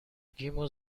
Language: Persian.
گیمو